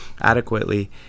adequately